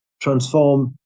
transform